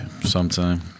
sometime